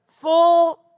full